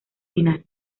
final